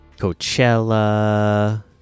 Coachella